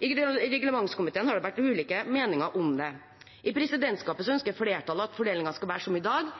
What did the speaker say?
I reglementskomiteen har det vært ulike meninger om det. I presidentskapet ønsker flertallet at fordelingen skal være som i dag,